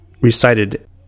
recited